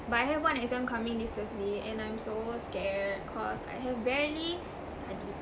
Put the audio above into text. but I have one exam coming this thursday and I'm so scared cause I have barely studied